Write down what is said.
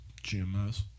GMS